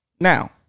Now